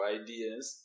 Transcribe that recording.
ideas